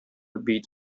bit